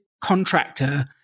contractor